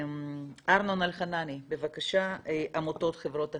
ארנון אלחנני, בבקשה, עמותת חברות הסיעוד,